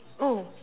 oh